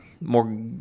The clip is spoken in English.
more